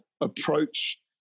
approach